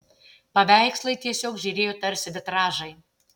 paveikslai tiesiog žėrėjo tarsi vitražai